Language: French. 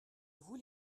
vous